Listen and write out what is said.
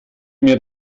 mir